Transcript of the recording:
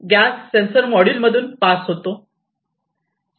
gas sensor module मधून pass होतो